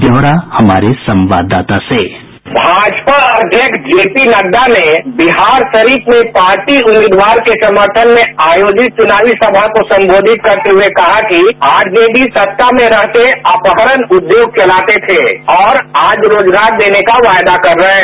ब्यौरा हमारे संवाददाता से बाईट भाजपा अध्यक्ष जेपी नड्डा ने बिहार शरीफ में पार्टी उम्मीदवार के समर्थन में आयोजित चुनावी सभा को संबोधित करते हुए कहा कि आरजेडी सत्ता में रहते अपहरण उद्योग चलाते थे और आज रोजगार देने का वायदा कर रहे हैं